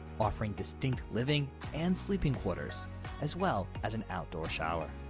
offering distinct living and sleeping quarters as well as an outdoor shower.